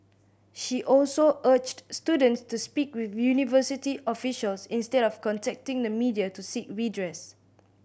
she also urged students to speak with university officials instead of contacting the media to seek redress